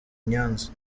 nyanza